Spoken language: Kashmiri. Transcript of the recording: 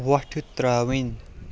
وۄٹھٕ ترٛاوٕنۍ